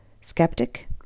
skeptic